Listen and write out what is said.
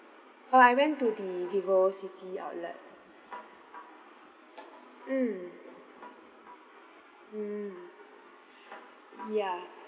oh I went to the vivocity outlet mm mm ya